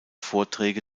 vorträge